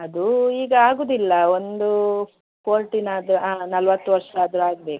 ಅದು ಈಗ ಆಗೋದಿಲ್ಲ ಒಂದು ಫೋರ್ಟಿನ್ ಅದು ಆಂ ನಲ್ವತ್ತು ವರ್ಷ ಆದರು ಆಗಬೇಕು